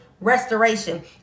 restoration